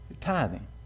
Tithing